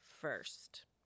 first